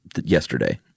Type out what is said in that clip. yesterday